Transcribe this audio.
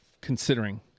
considering